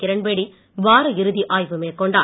கிரண்பேடி வார இறுதி ஆய்வு மேற்கொண்டார்